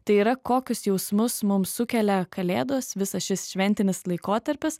tai yra kokius jausmus mums sukelia kalėdos visas šis šventinis laikotarpis